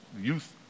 Youth